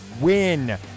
win